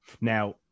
Now